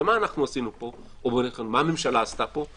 ומה הממשלה עשתה פה?